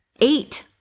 eight